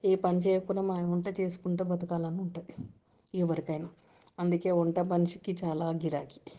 ఏ పని చేయకపోయిన మనం వంట చేసుకుంటు బ్రతకాలని ఉంటుంది ఎవరికైనా అందుకే వంట మనిషికి చాలా గిరాకీ